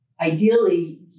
ideally